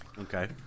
Okay